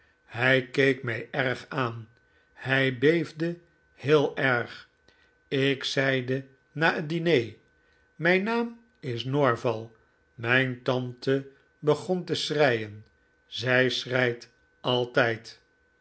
hij keek mij erg aan hij beefde heel erg ik zeide na het diner mijn naam is norval mijn tante begon te schreien zij schreit altijd